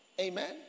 Amen